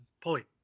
point